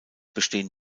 bestehen